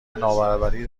نابرابری